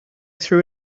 threw